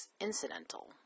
incidental